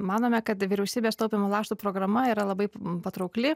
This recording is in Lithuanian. manome kad vyriausybės taupymo lakštų programa yra labai patraukli